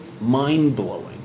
mind-blowing